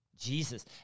Jesus